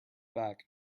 back